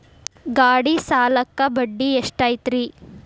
ಗಾಡಿ ಸಾಲಕ್ಕ ಬಡ್ಡಿ ಎಷ್ಟೈತ್ರಿ?